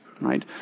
right